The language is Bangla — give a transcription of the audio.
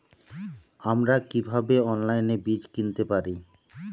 আমরা কীভাবে অনলাইনে বীজ কিনতে পারি?